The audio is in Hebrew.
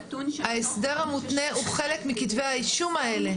ההסדר המותנה הוא חלק מכתבי האישום האלה.